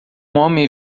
homem